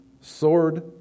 sword